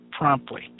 promptly